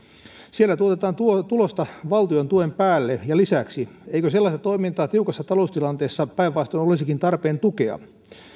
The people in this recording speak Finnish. siellä tuotetaan tulosta valtion tuen päälle ja lisäksi eikö sellaista toimintaa tiukassa taloustilanteessa päinvastoin olisikin tarpeen tukea